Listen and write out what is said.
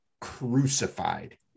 crucified